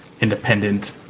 independent